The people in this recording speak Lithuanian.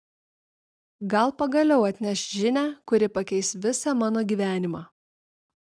gal pagaliau atneš žinią kuri pakeis visą mano gyvenimą